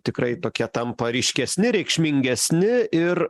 tikrai tokie tampa ryškesni reikšmingesni ir